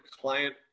client